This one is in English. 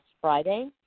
Friday